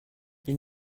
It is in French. ils